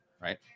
right